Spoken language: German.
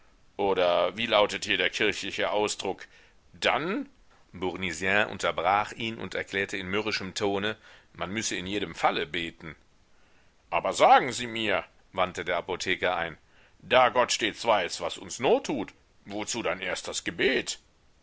oder wie lautet hier der kirchliche ausdruck dann bournisien unterbrach ihn und erklärte in mürrischem tone man müsse in jedem falle beten aber sagen sie mir wandte der apotheker ein da gott stets weiß was uns not tut wozu dann erst das gebet